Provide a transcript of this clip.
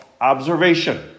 Observation